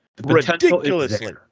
Ridiculously